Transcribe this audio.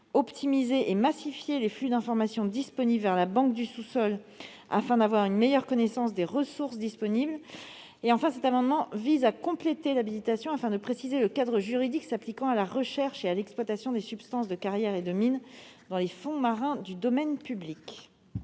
optimiser et à massifier les flux d'information vers la banque du sous-sol afin d'améliorer la connaissance des ressources disponibles. Il a par ailleurs pour objet de compléter l'habilitation afin de préciser le cadre juridique s'appliquant à la recherche et à l'exploitation des substances de carrières et de mines dans les fonds marins du domaine public.